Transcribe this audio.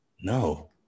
No